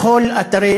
בכל אתרי